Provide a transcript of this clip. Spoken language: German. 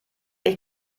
ich